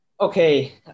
Okay